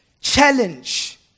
challenge